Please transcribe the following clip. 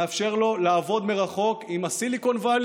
מאפשר לו לעבוד מרחוק עם ה-Silicon Valley